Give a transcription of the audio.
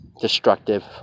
destructive